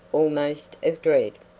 almost of dread.